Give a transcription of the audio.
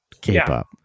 K-pop